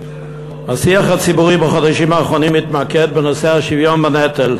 השיח הציבורי בחודשים האחרונים התמקד בנושא השוויון בנטל.